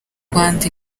rwanda